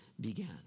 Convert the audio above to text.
began